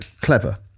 clever